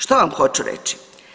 Što vam hoću reći?